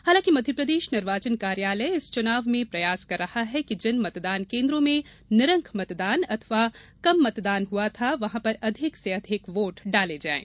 हालांकि मध्यप्रदेश निर्वाचन कार्यालय इस चुनाव में प्रयास कर रहा है कि जिन मतदान केन्द्रों में निरंक मतदान अथवा कम मतदान हुआ था वहां पर अधिक से अधिक वोट डाले जायें